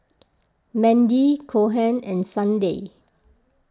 Mandy Cohen and Sunday